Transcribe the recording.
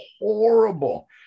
horrible